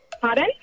Pardon